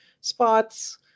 spots